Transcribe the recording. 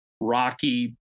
rocky